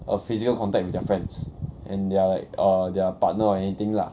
a physical contact with their friends and their err their partner or anything lah